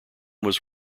was